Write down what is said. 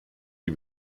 die